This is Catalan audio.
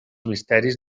misteris